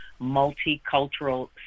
multicultural